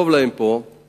טוב להם פה,